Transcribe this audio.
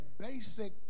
basic